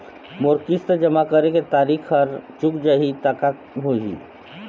मोर किस्त जमा करे के तारीक हर चूक जाही ता का होही?